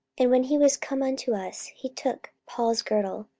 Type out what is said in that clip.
and when he was come unto us, he took paul's girdle,